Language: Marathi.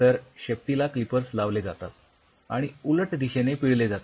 तर शेपटीला क्लिपर्स लावले जातात आणि उलट दिशेने पिळले जाते